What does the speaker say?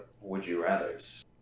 would-you-rathers